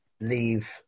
leave